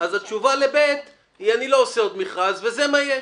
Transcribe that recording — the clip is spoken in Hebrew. אז התשובה ל-(ב) היא אני לא עושה עוד מכרז וזה מה יש.